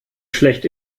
schlecht